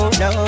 no